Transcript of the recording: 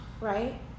right